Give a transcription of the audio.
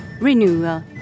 renewal